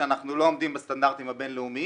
שאנחנו לא עומדים בסטנדרטים הבינלאומיים,